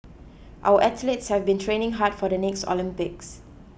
our athletes have been training hard for the next Olympics